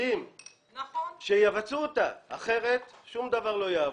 לפקידים שיבצעו את המדיניות הזאת כי אחרת שום דבר לא יעבוד.